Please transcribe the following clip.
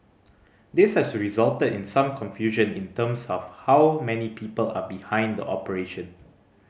this has resulted in some confusion in terms of how many people are behind the operation